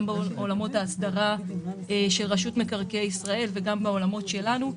גם בעולמות ההסדרה של רשות מקרקעי ישראל וגם בעולמות שלנו.